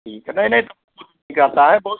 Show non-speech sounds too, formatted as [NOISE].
ठीक है नहीं नहीं [UNINTELLIGIBLE] है बहुत [UNINTELLIGIBLE]